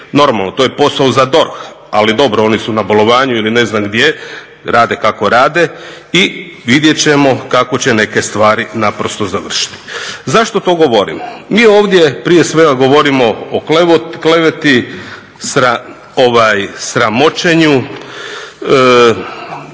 Normalno, to je posao za DORH ali dobro oni su na bolovanju ili ne znam gdje, rade kako rade. I vidjet ćemo kako će neke stvari naprosto završiti. Zašto to govorim? Mi ovdje prije svega govorimo o kleveti, sramoćenju,